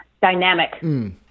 Dynamic